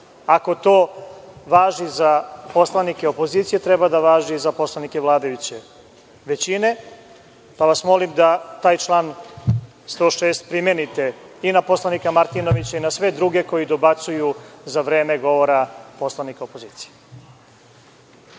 Ako to važi za poslanike opozicije, treba da važi i za poslanike vladajuće većine, pa vas molim da taj član 106. primenite i na poslanika Martinovića i na sve druge koji dobacuju za vreme govora poslanika opozicije.